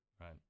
right